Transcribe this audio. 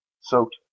soaked